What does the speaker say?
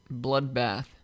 Bloodbath